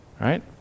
right